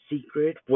Secret